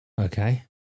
Okay